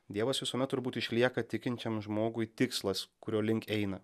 dievas visuomet turbūt išlieka tikinčiam žmogui tikslas kurio link eina